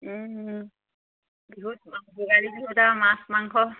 বিহুত ভোগালী বিহুত আৰু মাছ মাংস